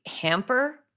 hamper